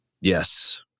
Yes